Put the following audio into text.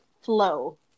flow